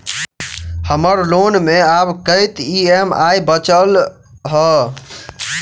हम्मर लोन मे आब कैत ई.एम.आई बचल ह?